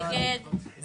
מי נמנע?